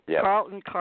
Carlton